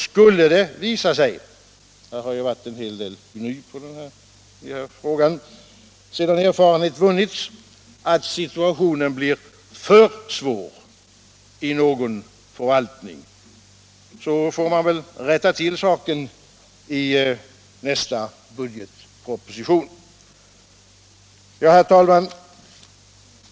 Skulle det visa sig — det har ju varit en hel del gny i den här frågan — sedan erfarenhet vunnits att situationen blir för svår i någon förvaltning, får man väl rätta till saken i nästa budgetproposition. Herr talman!